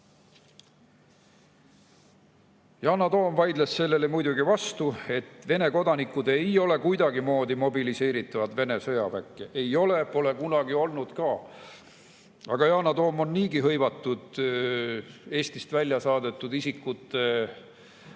Yana Toom vaidles sellele muidugi vastu: Vene kodanikud ei ole kuidagimoodi mobiliseeritavad Vene sõjaväkke, ei ole ja pole kunagi olnud ka. Aga Yana Toom on hõivatud Eestist välja saadetud isikute õiguste